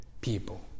people